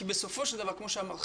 כי בסופו של דבר כמו שאמרת,